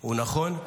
הוא נכון,